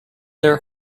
their